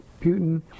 Putin